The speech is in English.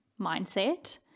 mindset